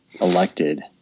elected